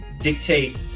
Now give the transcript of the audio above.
dictate